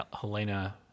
Helena